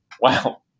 Wow